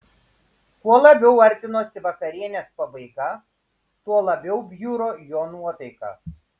kuo labiau artinosi vakarienės pabaiga tuo labiau bjuro jo nuotaika